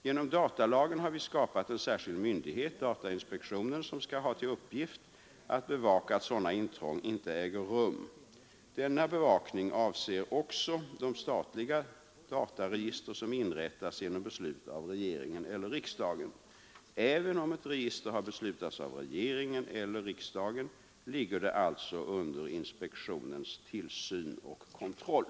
Genom datalagen har vi skapat en särskild myndighet, datainspektionen, som skall ha till uppgift att bevaka att sådana intrång inte äger rum. Denna bevakning avser också de statliga dataregister som inrättas genom beslut av regeringen eller riksdagen. Även om ett register har beslutats av regeringen eller riksdagen ligger det alltså under inspektionens tillsyn och kontroll.